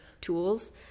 tools